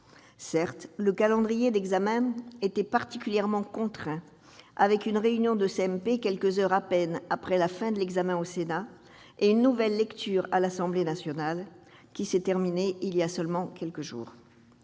Certes, le calendrier d'examen était particulièrement contraint, avec une réunion de la commission mixte paritaire quelques heures à peine après la fin de l'examen au Sénat et une nouvelle lecture à l'Assemblée nationale qui s'est terminée voilà seulement quelques jours.